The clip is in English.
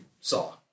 saw